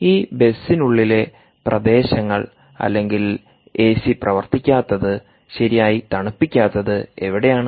ഈ ബസിനുള്ളിലെ പ്രദേശങ്ങൾ അല്ലെങ്കിൽ എസി പ്രവർത്തിക്കാത്തത് ശരിയായി തണുപ്പിക്കാത്തത് എവിടെയാണ്